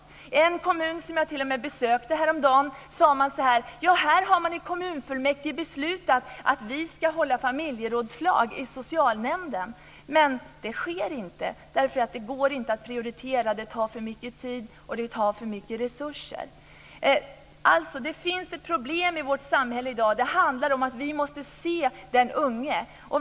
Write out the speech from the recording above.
I en kommun som jag t.o.m. besökte häromdagen sade man: Här har kommunfullmäktige beslutat att vi ska hålla familjerådslag i socialnämnden. Men det sker inte därför att det inte går att prioritera. Det tar för mycket tid, och det tar för mycket resurser. Det finns alltså ett problem i vårt samhälle i dag. Det handlar om att vi måste se den unge.